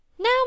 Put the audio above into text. Now